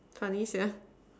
funny Sia